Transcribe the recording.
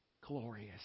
glorious